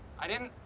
i didn't